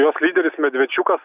jos lyderis medvečiukas